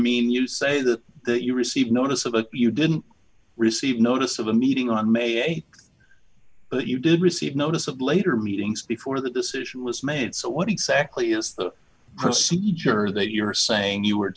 mean you say that you received notice of a you didn't receive notice of a meeting on may th but you did receive notice of later meetings before the decision was made so what exactly is the procedure that you're saying you were